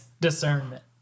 Discernment